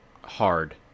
hard